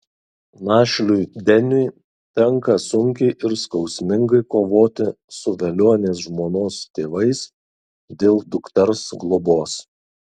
našliui deniui tenka sunkiai ir skausmingai kovoti su velionės žmonos tėvais dėl dukters globos